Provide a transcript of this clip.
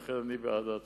לכן אני בעד ההצעה.